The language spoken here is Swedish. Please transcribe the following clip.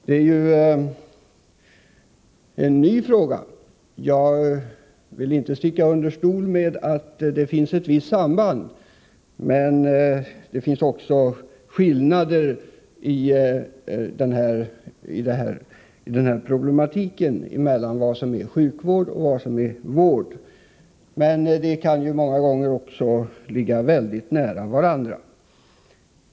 Det är ju en ny fråga. Jag vill inte sticka under stol med att det finns ett visst samband, men det finns också skillnader mellan vad som är sjukvård och vad som är vård, även om de begreppen många gånger också kan ligga nära varandra.